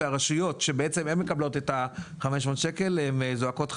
והרשויות שבעצם הן מקבלות את ה-500 שקל זועקות חמס.